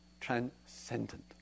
Transcendent